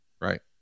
Right